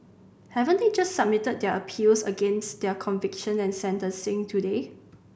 haven't they just submitted their appeals against their conviction and sentencing today